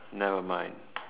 never mind